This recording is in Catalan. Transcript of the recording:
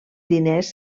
diners